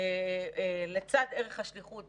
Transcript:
לצד ערך השליחות,